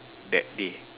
that day